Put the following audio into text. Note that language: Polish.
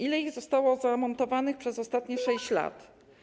Ile ich zostało zamontowanych przez ostatnie 6 lat?